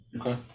Okay